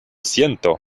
siento